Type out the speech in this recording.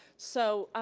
so,